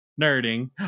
nerding